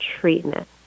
treatment